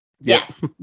Yes